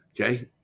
Okay